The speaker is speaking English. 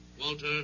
Walter